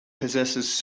possesses